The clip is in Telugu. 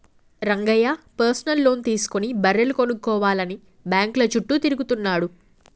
రంగయ్య పర్సనల్ లోన్ తీసుకుని బర్రెలు కొనుక్కోవాలని బ్యాంకుల చుట్టూ తిరుగుతున్నాడు